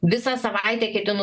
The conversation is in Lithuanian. visą savaitę ketinu